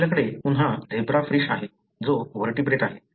आपल्याकडे पुन्हा झेब्राफिश आहे जो व्हर्टीब्रेट आहे